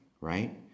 right